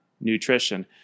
nutrition